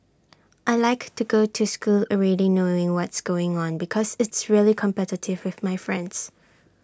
I Like to go to school already knowing what's going on because it's really competitive with my friends